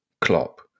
Klopp